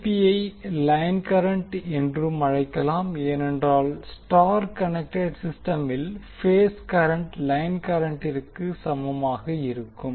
Ip I line current என்றும் அழைக்கலாம் ஏனென்றால் ஸ்டார் கனெக்டெட் சிஸ்டமில் பேஸ் கரண்ட் லைன் கரண்டிற்கு சமமாக இருக்கும்